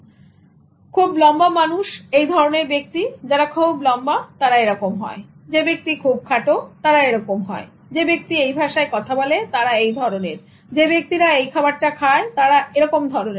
সুতরাং খুব লম্বা মানুষ এই ধরনের ব্যক্তি যারা খুব লম্বা তারা এরকম হয় যে ব্যক্তি খুব খাটো তারা এরকম হয় যে ব্যক্তি এই ভাষায় কথা বলে তারা এই ধরণের যে ব্যক্তিরা এই খাবারটা খায় তারা এরকম ধরনের